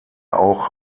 auch